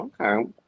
Okay